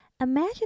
Imagine